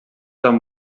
amb